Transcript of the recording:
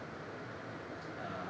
ah